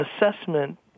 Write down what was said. assessment